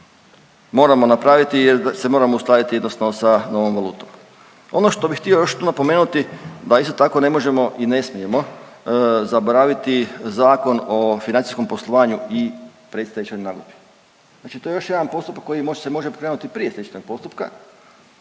moramo napraviti jer se moramo uskladiti jednostavno sa novom valutom. Ono što bi htio još tu napomenuti da isto tako ne možemo i ne smijemo zaboraviti Zakon o financijskom poslovanju i predstečajnoj nagodbi. Znači to je još jedan postupak koji se može pokrenuti prije stečajnog postupka